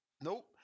Nope